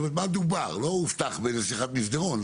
כלומר, מה דובר ולא הובטח בשיחת מסדרון.